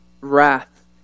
wrath